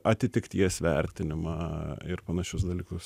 atitikties vertinimą ir panašius dalykus